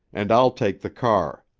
and i'll take the car.